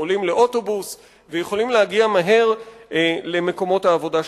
עולים לאוטובוס ויכולים להגיע מהר למקומות העבודה שלהם.